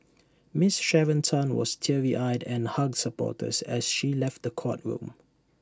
miss Sharon Tan was teary eyed and hugged supporters as she left the courtroom